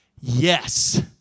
Yes